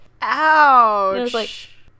ouch